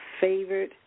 favored